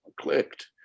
clicked